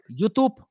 YouTube